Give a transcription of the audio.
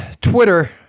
Twitter